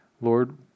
Lord